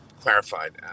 clarified